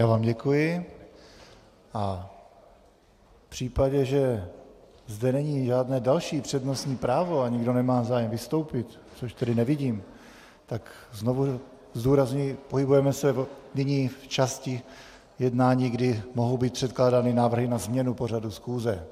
Já vám děkuji a v případě, že zde není žádné další přednostní právo a nikdo nemá zájem vystoupit, což tady nevidím, tak znovu zdůrazňuji, že jsme už nyní v části jednání, kdy mohou být předkládány návrhy na změnu pořadu schůze.